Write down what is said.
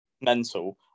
mental